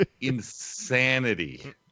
insanity